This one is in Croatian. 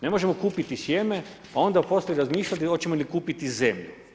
Ne možemo kupiti sjeme, a onda poslije razmišljati hoćemo li kupiti zemlju.